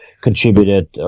contributed